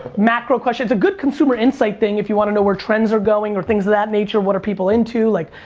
macro question, it's a good consumer insight thing, if you wanna know where trends are going or things of that nature, what are people into, like,